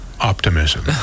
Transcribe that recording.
optimism